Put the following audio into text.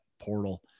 portal